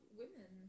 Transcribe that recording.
women